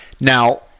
Now